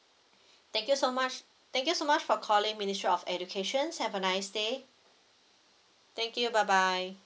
thank you so much thank you so much for calling ministry of educations have a nice day thank you bye bye